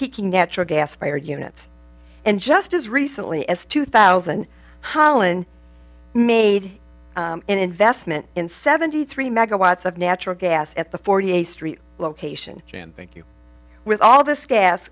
peaking natural gas fired units and just as recently as two thousand holland made an investment in seventy three megawatts of natural gas at the forty eighth street location thank you with all this gas